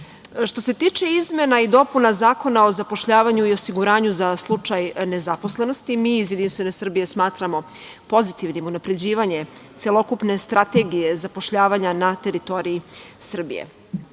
se tiče izmena i dopuna Zakona o zapošljavanju i osiguranju za slučaj nezaposlenosti, mi iz Jedinstvene Srbije smatramo pozitivnim unapređivanje celokupne strategije zapošljavanja na teritoriji Srbije.